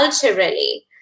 culturally